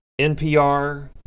NPR